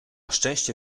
szczęście